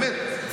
באמת,